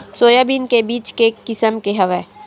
Soybean के बीज के किसम के हवय?